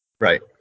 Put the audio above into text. Right